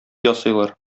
ясыйлар